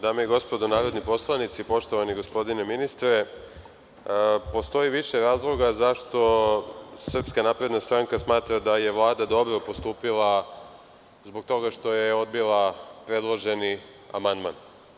Dame i gospodo narodni poslanici, poštovani gospodine ministre, postoji više razloga zašto SNS smatra da je Vlada dobro postupila zbog toga što je odbila predloženi amandman.